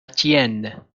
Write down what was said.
tienne